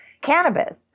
cannabis